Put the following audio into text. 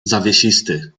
zawiesisty